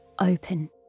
open